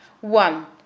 One